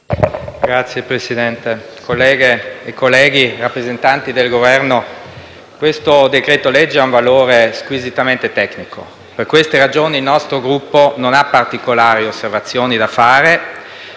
Signor Presidente, colleghe e colleghi, rappresentanti del Governo, il decreto-legge in discussione ha un valore squisitamente tecnico e per questa ragione il nostro Gruppo non ha particolari osservazioni da fare.